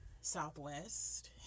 Southwest